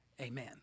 amen